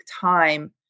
time